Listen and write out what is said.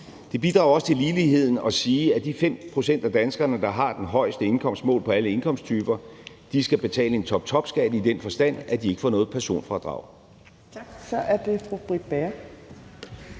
Det bidrager også til ligheden at sige, at de 5 pct. af danskerne, der har den højeste indkomst målt på alle indkomsttyper, skal betale en toptopskat i den forstand, at de ikke får noget personfradrag.